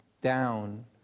down